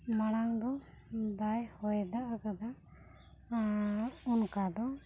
ᱢᱟᱲᱟᱝ ᱫᱚ ᱵᱟᱭ ᱦᱚᱭ ᱫᱟᱜ ᱟᱠᱟᱫᱟ ᱚᱱᱠᱟ ᱫᱚ